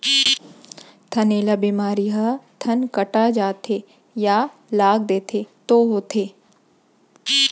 थनैला बेमारी ह थन कटा जाथे या लाग देथे तौ होथे